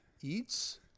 eats